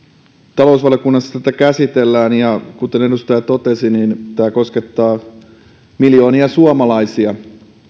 talousvaliokunnassa tätä käsitellään ja kuten edustaja totesi tämä koskettaa miljoonia suomalaisia